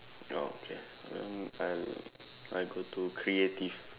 oh okay then I'll I go to creative